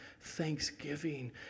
Thanksgiving